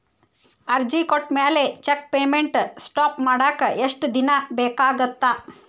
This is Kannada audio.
ಅರ್ಜಿ ಕೊಟ್ಮ್ಯಾಲೆ ಚೆಕ್ ಪೇಮೆಂಟ್ ಸ್ಟಾಪ್ ಮಾಡಾಕ ಎಷ್ಟ ದಿನಾ ಬೇಕಾಗತ್ತಾ